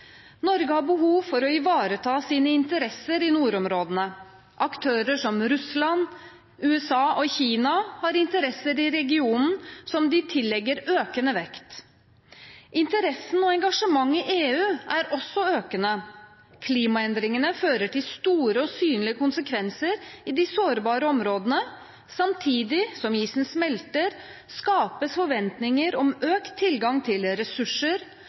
Norge har behov for å ivareta sine interesser i nordområdene. Aktører som Russland, USA og Kina har interesser i regionen, som de tillegger økende vekt. Interessen og engasjementet i EU er også økende. Klimaendringene får store og synlige konsekvenser i de sårbare områdene. Samtidig som isen smelter, skapes forventninger om økt tilgang til ressurser,